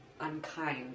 unkind